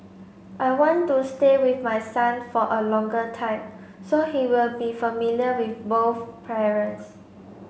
I want to stay with my son for a longer time so he will be familiar with both parents